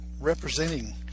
representing